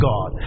God